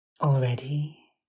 already